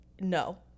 No